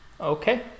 Okay